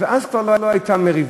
ואז כבר לא הייתה מריבה.